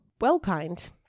well-kind